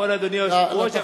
נכון, אדוני היושב-ראש.